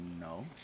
No